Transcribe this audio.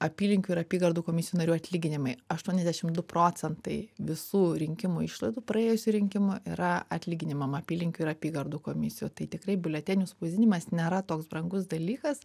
apylinkių ir apygardų komisijų narių atlyginimai aštuoniasdešim du procentai visų rinkimų išlaidų praėjusių rinkimų yra atlyginimam apylinkių ir apygardų komisijų tai tikrai biuletenių spausdinimas nėra toks brangus dalykas